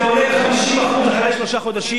זה עולה ב-50% אחרי שלושה חודשים,